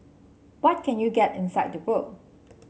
what can you get inside the book